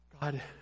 God